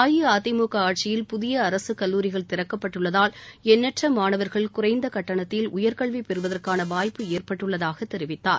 அஇஅதிமுக ஆட்சியில் புதிய அரசு கல்லூரிகள் திறக்கப்பட்டுள்ளதால் எண்ணற்ற மாணவர்கள் குறைந்த கட்டணத்தில் உயர்கல்வி பெறுவதற்கான வாய்ப்பு ஏற்பட்டுள்ளதாக தெரிவித்தார்